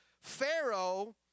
Pharaoh